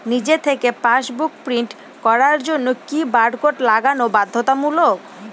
নিজে থেকে passbook print করার জন্য কি বারকোড লাগানো বাধ্যতামূলক?